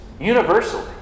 universally